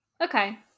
Okay